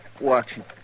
watching